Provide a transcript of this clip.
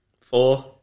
four